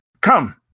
come